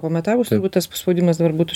pamatavus jeigu tas spaudimas dabar būtų